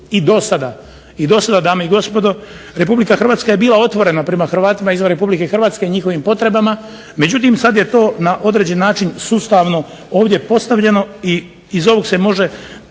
ovog članka. I dosada dame i gospodo, Republika Hrvatska je bila otvorena prema Hrvatima izvan Hrvatske, njihovim potrebama, međutim, sada je to na određeni način sustavno to ovdje postavljeno i iz ovoga se može